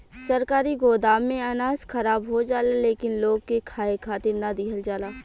सरकारी गोदाम में अनाज खराब हो जाला लेकिन लोग के खाए खातिर ना दिहल जाला